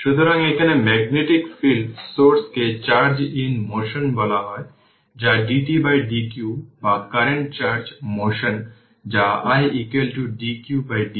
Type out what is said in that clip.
সুতরাং এখানে magnetic field source কে চার্জ ইন মোশন বলা হয় যা dt বাই dq বা কারেন্ট চার্জ মোশন যা i dq by dt current